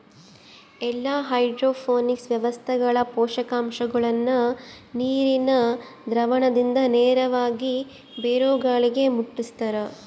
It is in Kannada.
ಎಲ್ಲಾ ಹೈಡ್ರೋಪೋನಿಕ್ಸ್ ವ್ಯವಸ್ಥೆಗಳ ಪೋಷಕಾಂಶಗುಳ್ನ ನೀರಿನ ದ್ರಾವಣದಿಂದ ನೇರವಾಗಿ ಬೇರುಗಳಿಗೆ ಮುಟ್ಟುಸ್ತಾರ